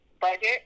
budget